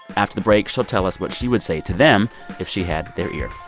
after the break, she'll tell us what she would say to them if she had their ear.